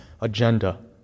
agenda